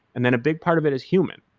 and then a big part of it is human.